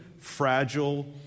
fragile